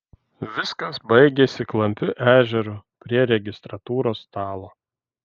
viskas baigėsi klampiu ežeru prie registratūros stalo